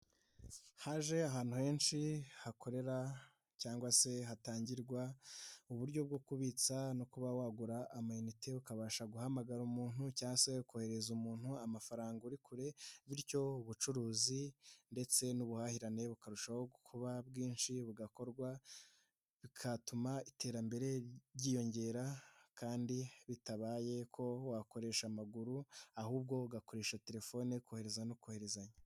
Haje ahantu henshi hakorera cyangwa se hatangirwa uburyo bwo kubitsa no kuba wagura amayinite ukabasha guhamagara umuntu cyangwa se koherereza umuntu amafaranga uri kure bityo ubucuruzi ndetse n'ubuhahirane bukarushaho kuba bwinshi bugakorwa, bigatuma iterambere ryiyongera kandi bitabaye ko wakoresha amaguru ahubwo ugakoresha telefone kohereza no kohererezanya.